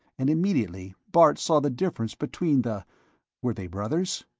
and immediately bart saw the difference between the were they brothers?